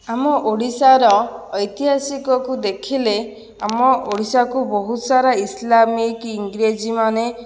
ଆମ ଓଡ଼ିଶାର ଐତିହାସିକକୁ ଦେଖିଲେ ଆମ ଓଡ଼ିଶାକୁ ବହୁତ ସାରା ଇସଲାମୀ କି ଇଂରେଜୀମାନେ